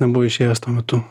nebuvo išėjęs tuo metu